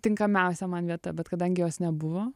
tinkamiausia man vieta bet kadangi jos nebuvo